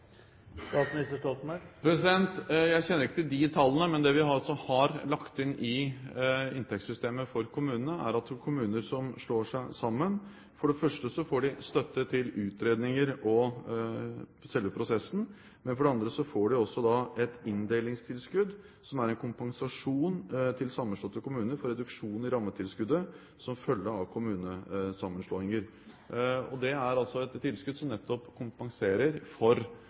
Jeg kjenner ikke til de tallene, men det vi har lagt inn i inntektssystemet for kommunene, er at kommuner som slår seg sammen, for det første får støtte til utredninger og selve prosessen, og for det andre et inndelingstilskudd, som er en kompensasjon til sammenslåtte kommuner for reduksjon i rammetilskuddet som følge av kommunesammenslåinger. Det er et tilskudd som nettopp kompenserer for